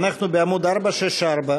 אנחנו בעמוד 464,